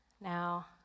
Now